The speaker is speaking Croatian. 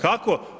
Kako?